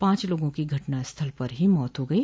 पांच लोगों की घटना स्थल पर ही मौत हा गई